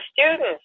students